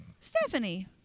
Stephanie